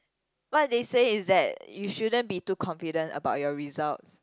what they said is that you shouldn't be too confident about your results